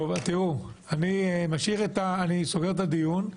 אני נועל את הדיון,